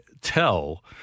tell